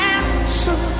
answer